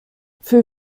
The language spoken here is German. für